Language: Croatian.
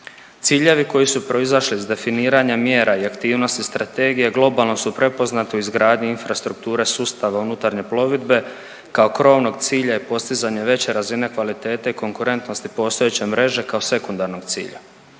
Ciljevi koji su proizašli iz definiranja mjera i aktivnosti strategije globalno su prepoznati u izgradnji infrastrukture sustava unutarnje plovidbe kao krovnog cilja i postizanje veće razine kvalitete i konkurentnosti postojeće mreže kao sekundarnog cilja.